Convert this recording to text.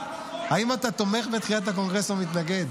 האם אתה תומך בדחיית הקונגרס או מתנגד?